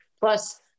Plus